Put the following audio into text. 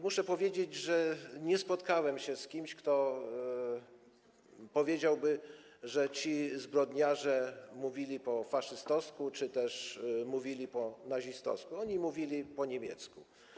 Muszę powiedzieć, że nie spotkałem się z kimś, kto powiedziałby, że ci zbrodniarze mówili po faszystowsku czy też mówili po nazistowsku, oni mówili po niemiecku.